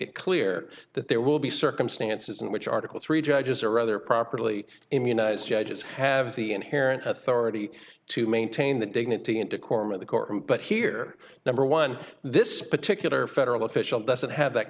it clear that there will be circumstances in which article three judges or other properly immunize judges have the inherent authority to maintain the dignity and decorum of the courtroom but here number one this particular federal official doesn't have that